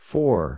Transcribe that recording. Four